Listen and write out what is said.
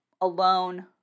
alone